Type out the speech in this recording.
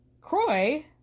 Croy